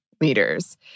leaders